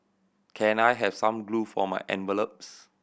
can I have some glue for my envelopes